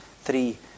three